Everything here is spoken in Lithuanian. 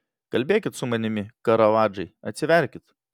kalbėkit su manimi karavadžai atsiverkit